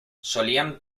solían